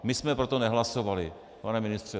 My jsme pro to nehlasovali, pane ministře.